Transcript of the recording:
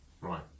right